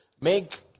make